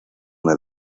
una